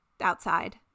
outside